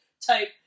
type